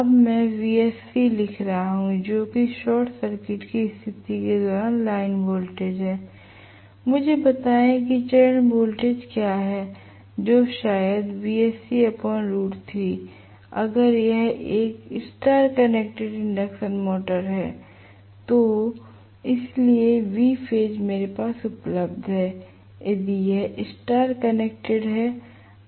अब मैं Vsc लिख सकता हूं जो कि शॉर्ट सर्किट की स्थिति के दौरान लाइन वोल्टेज है मुझे बताएं कि चरण वोल्टेज क्या है जो शायद अगर यह एक स्टार कनेक्टेड इंडक्शन मोटर है तो इसलिए Vph मेरे साथ उपलब्ध है यदि यह स्टार कनेक्टेड है